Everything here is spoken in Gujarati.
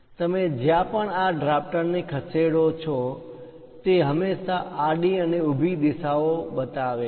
તમે જ્યાં પણ આ ડ્રાફ્ટર ને ખસેડો છો તે હંમેશાં આડી અને ઊભી દિશા ઓ બતાવે છે